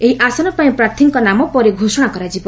ଏହି ଆସନପାଇଁ ପ୍ରାର୍ଥୀଙ୍କ ନାମ ପରେ ଘୋଷଣା କରାଯିବ